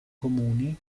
comuni